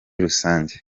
rusange